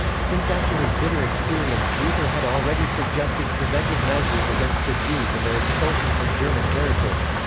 since after his bitter experience luther had already suggested preventive measures against the jews and their expulsion from german territory.